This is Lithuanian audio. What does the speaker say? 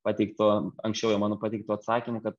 pateiktu anksčiau jau mano pateiktu atsakymu kad